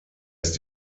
ist